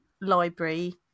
library